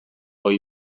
ohi